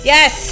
Yes